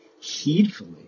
heedfully